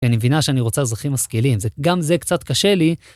ואני מבינה שאני רוצה אזרחים משכילים, גם זה קצת קשה לי.